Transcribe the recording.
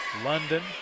London